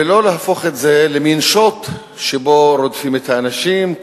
ולא להפוך את זה למין שוט שבו רודפים את האנשים,